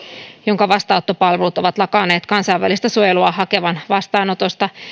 jonka vastaanottopalvelut ovat lakanneet kansainvälistä suojelua hakevan vastaanotosta